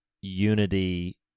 unity